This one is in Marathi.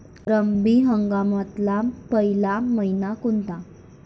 रब्बी हंगामातला पयला मइना कोनता?